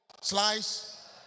Slice